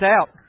out